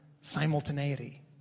simultaneity